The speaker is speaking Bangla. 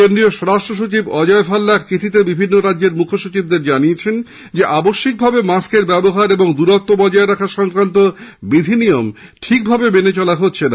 কেন্দ্রীয় স্বরাষ্ট্র সচিব অজয় ভাল্লা এক চিঠিতে বিভিন্ন রাজ্যের মুখ্য সচিবদের জানিয়েছেন আবশ্যিকভাবে মাস্কের ব্যবহার এবং দূরত্ব বজায় রাখা সংক্রান্ত বিধিনিয়ম ঠিকভাবে মেনে চলা হচ্ছে না